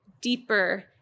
deeper